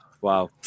Wow